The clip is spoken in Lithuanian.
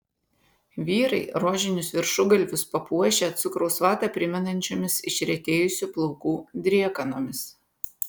vyrai rožinius viršugalvius papuošę cukraus vatą primenančiomis išretėjusių plaukų driekanomis